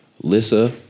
Lissa